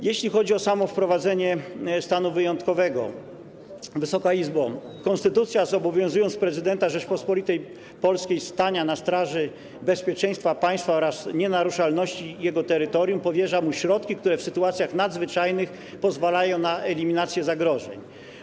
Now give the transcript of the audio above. Jeśli chodzi o samo wprowadzenie stanu wyjątkowego, Wysoka Izbo, konstytucja, zobowiązując prezydenta Rzeczypospolitej Polskiej do stania na straży bezpieczeństwa państwa oraz nienaruszalności jego terytorium, powierza mu środki, które w sytuacjach nadzwyczajnych pozwalają na eliminację zagrożeń.